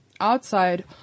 outside